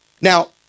Now